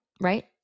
right